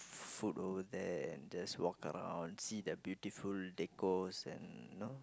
food over there and just walk around see the beautiful decors and you know